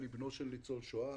אני בנו של ניצול שואה.